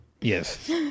Yes